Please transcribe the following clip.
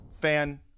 fan